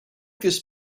this